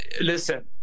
Listen